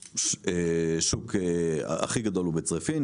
השוק הכי גדול הוא בצריפין,